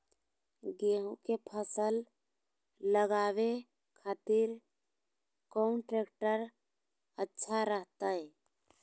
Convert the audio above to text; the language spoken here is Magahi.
गेहूं के फसल लगावे खातिर कौन ट्रेक्टर अच्छा रहतय?